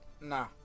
Nah